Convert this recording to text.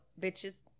bitches